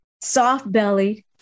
soft-bellied